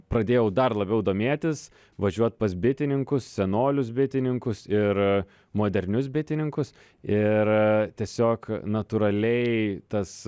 pradėjau dar labiau domėtis važiuot pas bitininkus senolius bitininkus ir modernius bitininkus ir tiesiog natūraliai tas